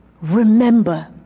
remember